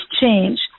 change